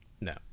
No